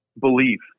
belief